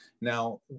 Now